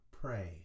pray